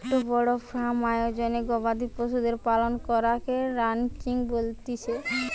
একটো বড় ফার্ম আয়োজনে গবাদি পশুদের পালন করাকে রানচিং বলতিছে